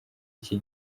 iki